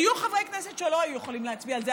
היו חברי כנסת שלא היו יכולים להצביע על זה,